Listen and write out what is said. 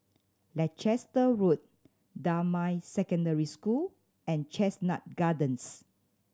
Leicester Road Damai Secondary School and Chestnut Gardens